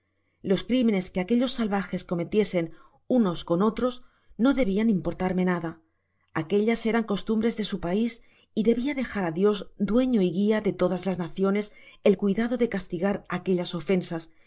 los crimenes que aquellos salvajes cometiesen unos con otros no debian importarme nada aquellas eran costumbres de su pais y debia dejar á dios dueño y guia de todas las naciones el cuidado de castigar aquellas ofensas